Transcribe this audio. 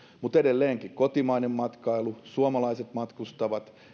mutta edelleenkin kotimainen matkailu suomalaiset matkustavat